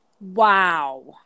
Wow